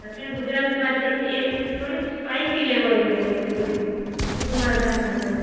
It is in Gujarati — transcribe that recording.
દક્ષિણ ગુજરાતમાં છે એ થોડીક સ્પાઇસી લેવલનું હોય છે બધું ફૂડમાં જઈશું તો